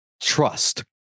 trust